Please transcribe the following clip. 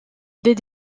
des